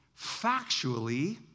factually